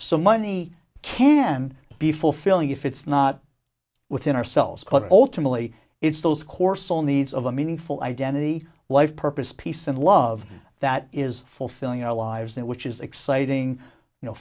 so money can be fulfilling if it's not within ourselves but ultimately it's those core soul needs of a meaningful identity life purpose peace and love that is fulfilling our lives that which is exciting you know